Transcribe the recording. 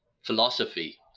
philosophy